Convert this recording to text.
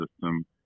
system